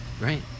Right